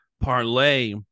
parlay